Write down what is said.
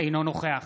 אינו נוכח